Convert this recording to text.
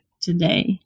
today